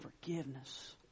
forgiveness